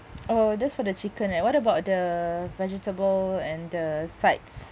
oh that's for the chicken eh what about the vegetable and the sides